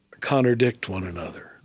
contradict one another.